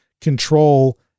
control